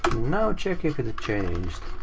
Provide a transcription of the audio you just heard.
now check if it changed.